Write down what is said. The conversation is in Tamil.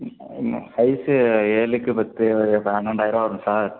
சைஸு ஏழுக்குப் பத்து பன்னெண்டாயிரருவா வரும் சார்